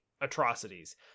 atrocities